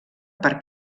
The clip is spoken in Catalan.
per